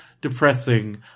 depressing